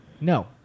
No